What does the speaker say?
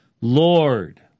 Lord